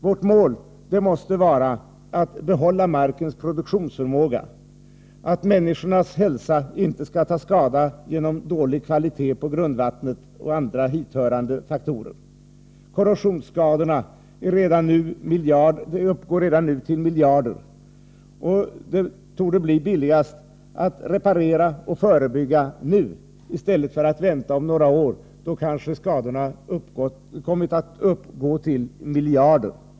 Vårt mål måste vara att behålla markens produktionsförmåga, att människornas hälsa inte skall ta skada genom dålig kvalitet på grundvattnet och andra hithörande faktorer. Korrosionsskadorna uppgår redan nu till miljarder. Men det torde bli billigast att reparera och förebygga nu i stället för att vänta till om några år, då skadorna kanske kommit att uppgå till ännu fler miljarder.